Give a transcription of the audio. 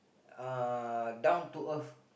uh down to earth